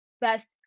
best